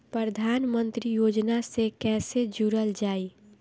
प्रधानमंत्री योजना से कैसे जुड़ल जाइ?